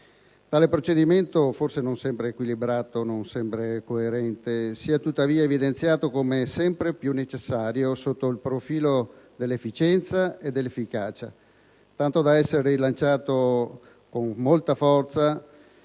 Tale procedimento, forse non sempre equilibrato e coerente, si è tuttavia evidenziato come sempre più necessario sotto il profilo dell'efficienza e dell'efficacia, tanto da essere rilanciato con molta forza